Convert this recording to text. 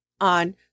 on